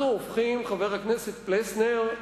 אנחנו הופכים, חבר הכנסת פלסנר,